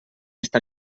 está